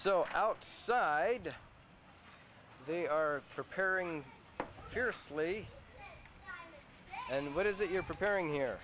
so out they are preparing fiercely and what is it you're preparing here